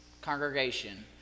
congregation